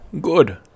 good